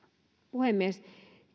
puhemies